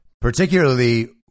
particularly